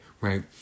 Right